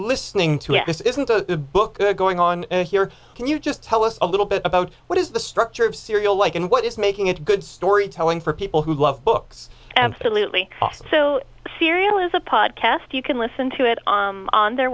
listening to this isn't the book going on here and you just tell us a little bit about what is the structure of cereal like and what is making it good storytelling for people who love books absolutely so cereal is a podcast you can listen to it on their